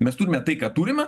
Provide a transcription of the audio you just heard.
mes turime tai ką turime